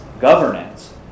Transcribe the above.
governance